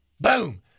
boom